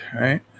right